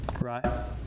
Right